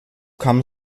kam